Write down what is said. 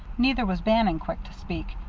neither was bannon quick to speak.